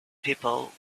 people